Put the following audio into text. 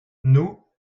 nous